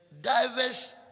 diverse